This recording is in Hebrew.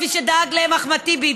כפי שדאג להן אחמד טיבי,